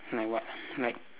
my what like